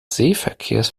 seeverkehrs